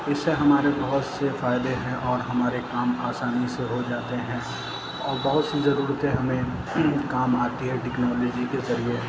اس سے ہمارے بہت سے فائدے ہیں اور ہمارے کام آسانی سے ہو جاتے ہیں اور بہت سی ضرورتیں ہمیں کام آتی ہے ٹیکنالوجی کے ذریعے